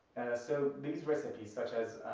so these recipes such as,